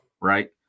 right